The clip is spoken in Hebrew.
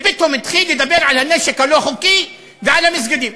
ופתאום התחיל לדבר על הנשק הלא-חוקי ועל המסגדים.